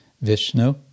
Vishnu